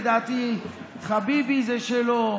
לדעתי "חביבי" זה שלו.